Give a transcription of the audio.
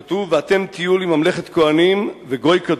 כתוב: "ואתם תהיו לי ממלכת כהנים וגוי קדוש".